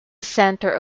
centre